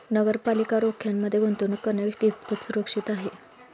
नगरपालिका रोख्यांमध्ये गुंतवणूक करणे कितपत सुरक्षित आहे?